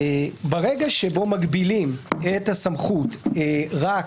ברגע שבו מגבילים את הסמכות "רק